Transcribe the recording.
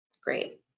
Great